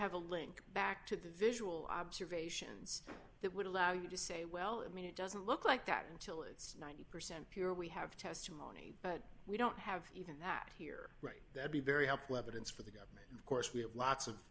have a link back to the visual observations that would allow you to say well i mean it doesn't look like that until it's ninety percent pure we have testimony but we don't have even that here right that be very helpful evidence for the of course we have lots of